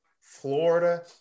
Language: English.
Florida